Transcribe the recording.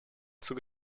zur